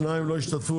הצבעה 2 לא השתתפו.